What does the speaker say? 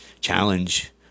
challenge